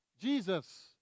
Jesus